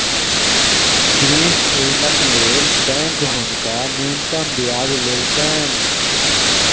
गृह ऋणक लेल बैंक हुनका न्यूनतम ब्याज लेलकैन